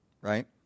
right